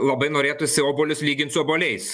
labai norėtųsi obuolius lygint su obuoliais